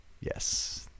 Yes